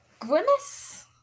Grimace